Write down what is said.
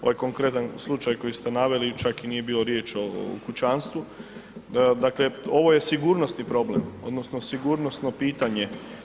Ovaj konkretan slučaj koji ste naveli, čak i nije bio riječ o kućanstvu, dakle ovo je sigurnosni problem odnosno sigurnosno pitanje.